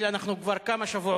היה מרתק,